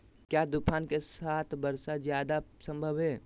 क्या तूफ़ान के साथ वर्षा जायदा संभव है?